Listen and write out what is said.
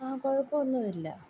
ആ കുഴപ്പമൊന്നും ഇല്ല